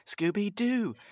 scooby-doo